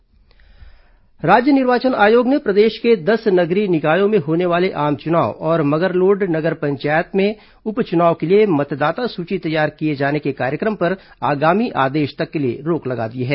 निर्वाचक नामावली राज्य निर्वाचन आयोग ने प्रदेश के दस नगरीय निकायों में होने वाले आम चुनाव और मगरलोड नगर पंचायत में उपचुनाव के लिए मतदाता सूची तैयार किए जाने के कार्यक्रम पर आगामी आदेश तक के लिए रोक लगा दी है